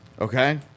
Okay